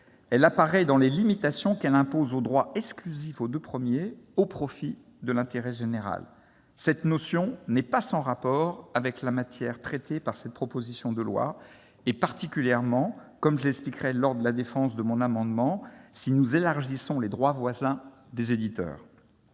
elle apparaît dans les limitations qu'elle impose aux droits exclusifs aux deux premiers, au profit de l'intérêt général. Cette notion n'est pas sans rapport avec la matière traitée par la présente proposition de loi, particulièrement, comme je l'expliquerai lors de la défense de mon amendement, si nous élargissons les droits voisins des éditeurs.